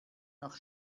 nach